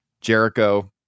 Jericho